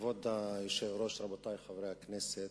כבוד היושב-ראש, רבותי חברי הכנסת,